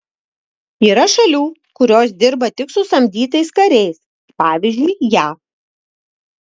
yra šalių kurios dirba tik su samdytais kariais pavyzdžiui jav